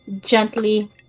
gently